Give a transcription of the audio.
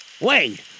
Wait